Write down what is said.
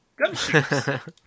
Gumshoes